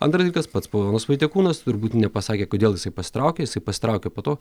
antras dalykas pats ponas vaitekūnas turbūt nepasakė kodėl jisai pasitraukė jisai pasitraukė po to